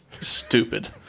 stupid